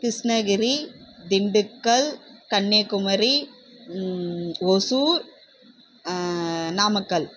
Krishnagiri Dindigul Kanniyakumari Hosur Namakkal